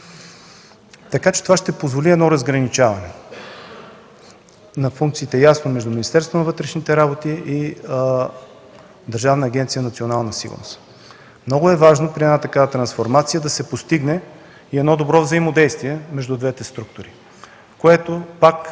така че това ще позволи ясно разграничаване на функциите между Министерството на вътрешните работи и Държавната агенция „Национална сигурност”. Много е важно при такава трансформация да се постигне и добро взаимодействие между двете структури, което пак